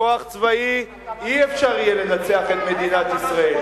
בכוח צבאי לא יהיה אפשר לנצח את מדינת ישראל,